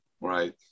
Right